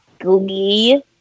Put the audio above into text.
glee